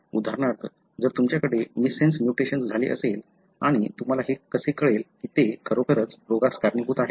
उदाहरणार्थ जर तुमच्याकडे मिससेन्स म्युटेशन्स झाले असेल आणि तुम्हाला हे कसे कळेल की ते खरोखरच रोगास कारणीभूत आहे